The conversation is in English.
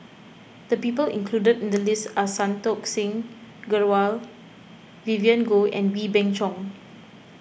the people included in the list are Santokh Singh Grewal Vivien Goh and Wee Beng Chong